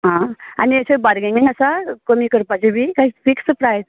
हां आनी अशें बारगेनींग आसा कमी करपाचें बी कांय फिक्स प्रायस